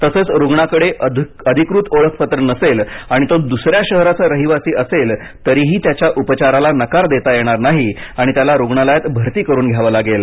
तसच रुग्णाकडे अधिकृत ओळखपत्र नसेल आणि तो दुसऱ्या शहराचा रहिवासी असेल तरी त्याच्या उपचाराला नकार देता येणार नाही आणि त्याला रुग्णालयात भरती करून घ्यावं लागेल